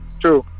True